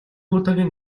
удаагийн